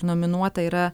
nominuota yra